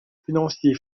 financier